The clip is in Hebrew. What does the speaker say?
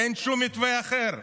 אין שום מתווה אחר.